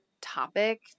topic